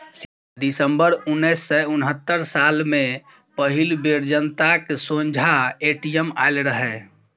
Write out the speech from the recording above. सितंबर उन्नैस सय उनहत्तर साल मे पहिल बेर जनताक सोंझाँ ए.टी.एम आएल रहय